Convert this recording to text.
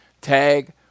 tag